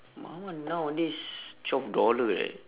my one nowadays twelve dollar eh